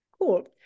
cool